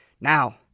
Now